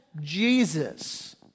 Jesus